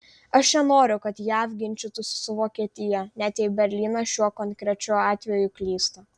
aš nenoriu kad jav ginčytųsi su vokietija net jei berlynas šiuo konkrečiu atveju klysta